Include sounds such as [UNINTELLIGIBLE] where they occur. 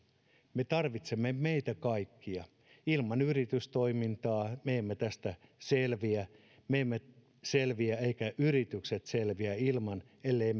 me tarvitsemme meitä kaikkia ilman yritystoimintaa me emme tästä selviä me emme selviä eivätkä yritykset selviä ilman ellei [UNINTELLIGIBLE]